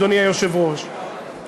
אדוני היושב-ראש,